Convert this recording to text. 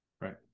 Right